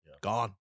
Gone